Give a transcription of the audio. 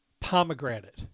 pomegranate